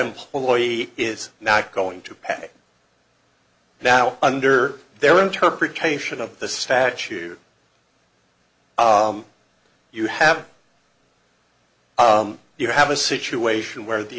employee is not going to pay now under their interpretation of the statute you have you have a situation where the